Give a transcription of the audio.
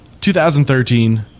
2013